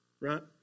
right